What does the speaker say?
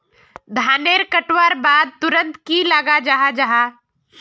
धानेर कटवार बाद तुरंत की लगा जाहा जाहा?